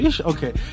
Okay